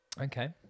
Okay